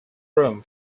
room